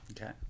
Okay